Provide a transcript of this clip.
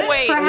Wait